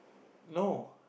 no